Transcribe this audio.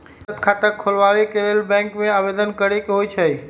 बचत खता खोलबाबे के लेल बैंक में आवेदन करेके होइ छइ